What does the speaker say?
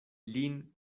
lin